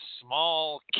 small